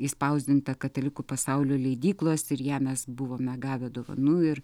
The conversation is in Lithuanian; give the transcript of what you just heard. išspausdinta katalikų pasaulio leidyklos ir ją mes buvome gavę dovanų ir